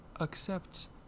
accepts